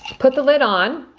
put the lid on